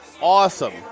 awesome